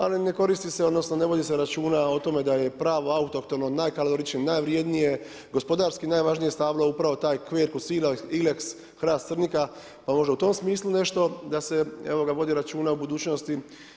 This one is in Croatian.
Ali ne koristi se, odnosno ne vodi se računa o tome da je pravo, autohtono, najkaloričnije, najvrijednije, gospodarski najvažnije stablo upravo taj quercus ilex hrast crnika, pa možda u tom smislu nešto da se vodi računa u budućnosti.